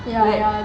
like